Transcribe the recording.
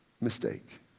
mistake